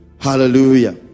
hallelujah